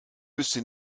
wüsste